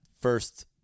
first